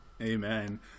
Amen